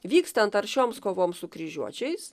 vykstant aršioms kovoms su kryžiuočiais